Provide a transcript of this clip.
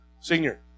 senior